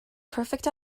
perfect